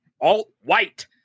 alt-white